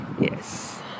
yes